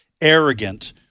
arrogant